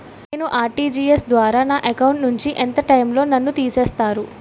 నేను ఆ.ర్టి.జి.ఎస్ ద్వారా నా అకౌంట్ నుంచి ఎంత టైం లో నన్ను తిసేస్తారు?